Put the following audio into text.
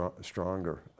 stronger